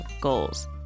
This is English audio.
goals